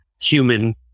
human